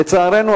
לצערנו,